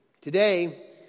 Today